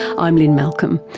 i'm lynne malcolm.